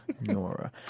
Nora